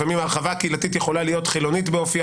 לפעמים ההרחבה הקהילתית יכולה להיות חילונית באופיה